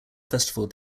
festival